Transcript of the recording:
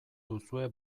duzue